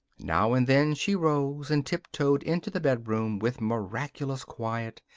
now and then she rose and tiptoed into the bedroom with miraculous quiet,